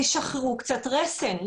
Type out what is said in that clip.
שחררו קצת רסן.